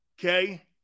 okay